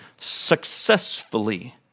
successfully